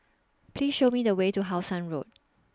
Please Show Me The Way to How Sun Road